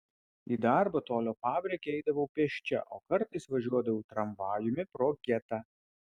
į darbą tolio fabrike eidavau pėsčia o kartais važiuodavau tramvajumi pro getą